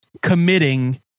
committing